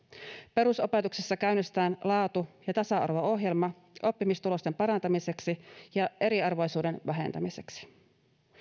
perusopetuksessa käynnistetään laatu ja tasa arvo ohjelma oppimistulosten parantamiseksi ja eriarvoisuuden vähentämiseksi